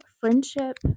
friendship